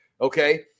okay